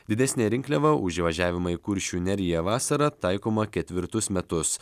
didesnė rinkliava už įvažiavimą į kuršių neriją vasarą taikoma ketvirtus metus